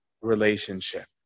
relationship